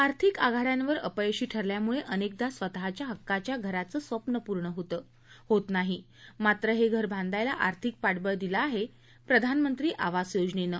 आर्थिक आघाड्यांवर अपयशी ठरल्यामुळे अनेकदा स्वतःच्या हक्काच्या घराचं स्वप्न पूर्ण होत नाही मात्र हे घरं बांधायला आर्थिक पाठबळ दिलं आहे प्रधानमंत्री आवास योजनेनं